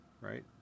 Right